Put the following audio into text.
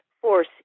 force